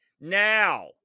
Now